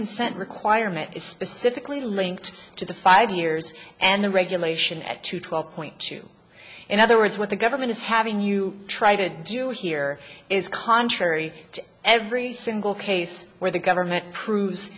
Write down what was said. consent requirement is specifically linked to the five years and the regulation at two twelve point two in other words what the government is having you try to do here is contrary to every single case where the government